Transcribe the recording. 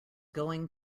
going